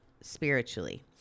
spiritually